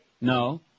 No